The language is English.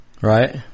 right